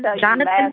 Jonathan